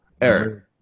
Eric